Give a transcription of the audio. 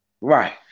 right